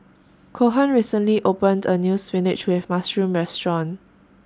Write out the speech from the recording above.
Cohen recently opened A New Spinach with Mushroom Restaurant